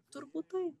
turbūt taip